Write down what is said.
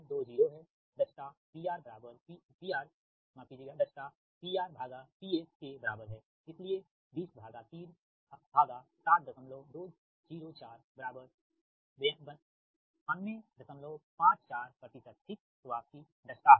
तोPS 720 है दक्षता PRPS के बराबर है इसलिए 20372049254 ठीक तो आपकी दक्षता हैं